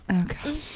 Okay